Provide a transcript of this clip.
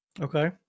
Okay